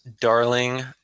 darling